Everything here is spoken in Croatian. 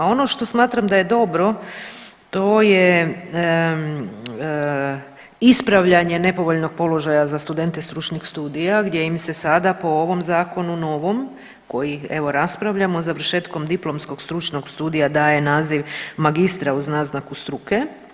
Ono što smatram da je dobro, to je ispravljanje nepovoljnog položaja za studente stručnih studija gdje im se sada po ovom zakonu novom koji evo raspravljamo završetkom diplomskog stručnog studija daje naziv magistra uz naznaku struke.